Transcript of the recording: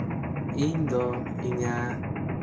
ᱤᱧ ᱫᱚ ᱤᱧᱟᱹᱜ